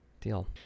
deal